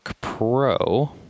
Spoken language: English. Pro